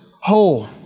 whole